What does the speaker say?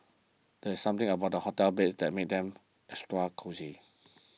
there's something about hotel beds that makes them extra cosy